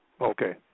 Okay